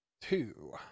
two